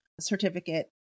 certificate